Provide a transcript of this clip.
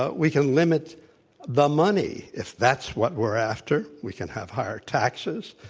ah we can limit the money if that's what we're after. we can have higher taxes.